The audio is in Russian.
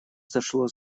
зашло